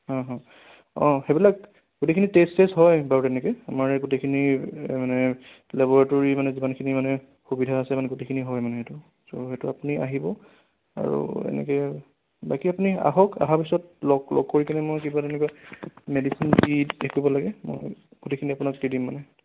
হয় হয় অঁ সেইবিলাক গোটেইখিনি টেষ্ট চেষ্ট হয় বাৰু তেনেকে আমাৰ গোটেইখিনি মানে লেৱৰেট'ৰী মানে যিমানখিনি মানে সুবিধা আছে মানে গোটেইখিনি হয় মানে এইটো চ' সেইটো আপুনি আহিব আৰু এনেকে বাকী আপুনি আহক আহা পাছত লগ লগ কৰি কিনি মই কিবা তেনেকুৱা মেডিচিন দি থাকিব লাগে মই গোটেইখিনি আপোনাক দি দিম মানে